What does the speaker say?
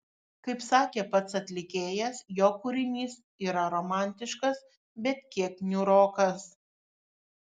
kaip sakė pats atlikėjas jo kūrinys yra romantiškas bet kiek niūrokas